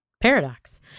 paradox